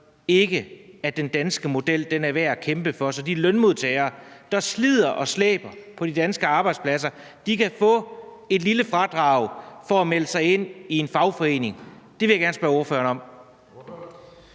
ikke, at den danske model er værd at kæmpe for, så de lønmodtagere, der slider og slæber på de danske arbejdspladser, kan få et lille fradrag for at melde sig ind i en fagforening? Det vil jeg gerne spørge ordføreren om.